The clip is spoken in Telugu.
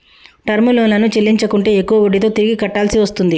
టర్మ్ లోన్లను చెల్లించకుంటే ఎక్కువ వడ్డీతో తిరిగి కట్టాల్సి వస్తుంది